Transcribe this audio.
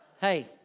hey